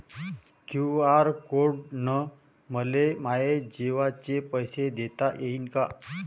QR code न मले माये जेवाचे पैसे देता येईन का?